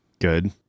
Good